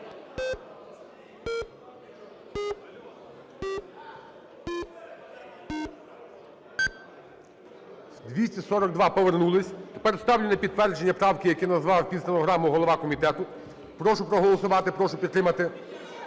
За-242 Повернулися. Тепер ставлю на підтвердження правки, які назвав під стенограму голова комітету. Прошу проголосувати, прошу підтримати.